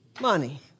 money